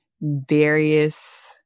various